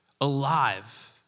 alive